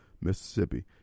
Mississippi